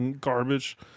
garbage